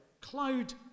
cloud